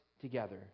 together